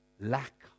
lack